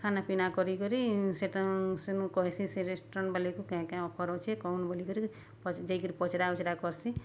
ଖାନା ପିନା କରି କରି ସେଟା ସେନୁ କହେସିଁ ସେ ରେଷ୍ଟୁରାଣ୍ଟ୍ ବାଲେକୁ କାଏଁ କାଏଁ ଅଫର୍ ଅଛେ କହୁନ୍ ବୋଲିକରି ଯାଇକିରି ପଚ୍ରା ଉଚ୍ରା କର୍ସି